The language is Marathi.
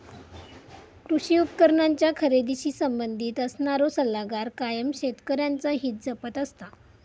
कृषी उपकरणांच्या खरेदीशी संबंधित असणारो सल्लागार कायम शेतकऱ्यांचा हित जपत असता